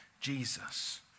Jesus